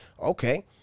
okay